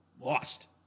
lost